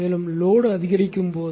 மேலும் லோடு அதிகரிக்கும் போது